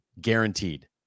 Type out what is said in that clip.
Guaranteed